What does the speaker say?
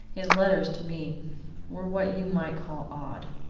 his letters to me were what you might call odd.